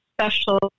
special